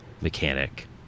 mechanic